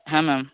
হ্যাঁ ম্যাম